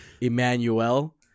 Emmanuel